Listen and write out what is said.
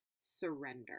surrender